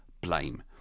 blame